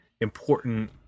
important